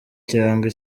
cyangwa